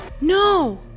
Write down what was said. No